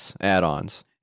add-ons